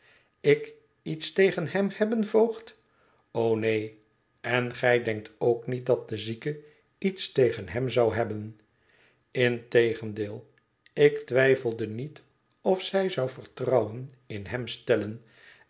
ik iets tegen hem hebben voogd o neen en gij denkt ook niet dat de zieke iets tegen hem zou hebben integendeel ik twijfelde niet of zij zou vertrouwen in hem stellen